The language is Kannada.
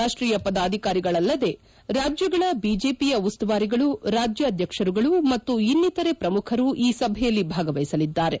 ರಾಷ್ಷೀಯ ಪದಾಧಿಕಾರಿಗಳಲ್ಲದೇ ರಾಜ್ಯಗಳ ಬಿಜೆಪಿಯ ಉಸ್ತುವಾರಿಗಳು ರಾಜ್ಯಾಧ್ಯಕ್ಷರುಗಳು ಮತ್ತು ಇನ್ನಿತರೆ ಪ್ರಮುಖರು ಈ ಸಭೆಯಲ್ಲಿ ಭಾಗವಹಿಸಲಿದ್ದಾರೆ